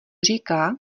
říká